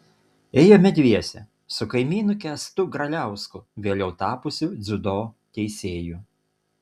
ėjome dviese su kaimynu kęstu graliausku vėliau tapusiu dziudo teisėju